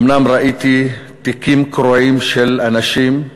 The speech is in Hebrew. אומנם ראיתי תיקים קרועים של אנשים,